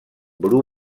bru